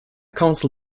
council